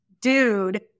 dude